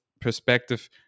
perspective